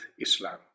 islam